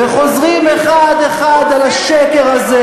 וחוזרים אחד-אחד על השקר הזה.